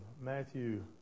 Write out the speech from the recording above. Matthew